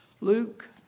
Luke